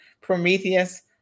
Prometheus